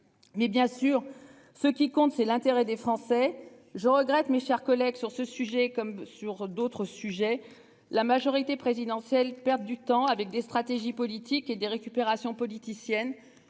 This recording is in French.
Mais bien sûr. Ce qui compte c'est l'intérêt des Français. Je regrette mes chers collègues, sur ce sujet comme sur d'autres sujets. La majorité présidentielle perdent du temps avec des stratégies politiques et des récupérations politiciennes